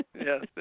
yes